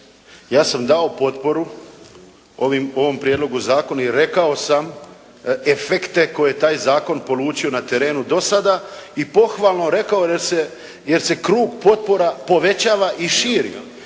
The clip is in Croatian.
ja sam dao potporu ovom prijedlogu zakona i rekao sam efekte koje je taj zakon polučio na terenu do sada i pohvalno rekao jer se krug potpora povećava i širi,